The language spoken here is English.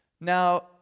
Now